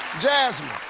jasmine,